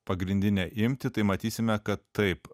pagrindinę imtį tai matysime kad taip